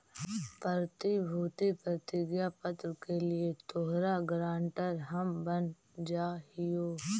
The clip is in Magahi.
प्रतिभूति प्रतिज्ञा पत्र के लिए तोहार गारंटर हम बन जा हियो